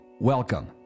Welcome